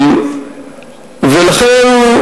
ולכן,